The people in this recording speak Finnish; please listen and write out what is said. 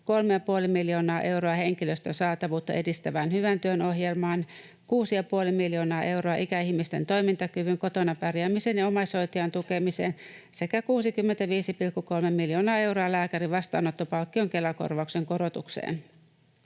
3,5 miljoonaa euroa henkilöstön saatavuutta edistävään hyvän työn ohjelmaan, 6,5 miljoonaa euroa ikäihmisten toimintakyvyn, kotona pärjäämisen ja omaishoitajien tukemiseen sekä 65,3 miljoonaa euroa lääkärin vastaanottopalkkion Kela-korvauksen korotukseen.